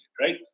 right